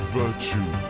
virtue